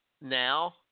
now